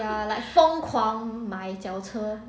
ya like 疯狂买脚车